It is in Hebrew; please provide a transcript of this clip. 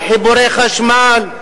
על חיבורי חשמל,